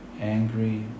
angry